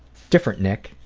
different nic.